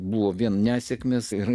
buvo vien nesėkmės ir